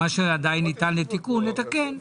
מה שעדיין ניתן לתיקון נתקן.